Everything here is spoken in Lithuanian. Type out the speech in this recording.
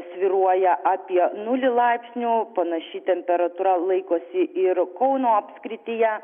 svyruoja apie nulį laipsnių panaši temperatūra laikosi ir kauno apskrityje